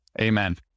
Amen